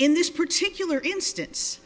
in this particular instance